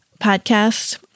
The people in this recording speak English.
podcast